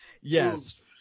Yes